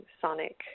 sonic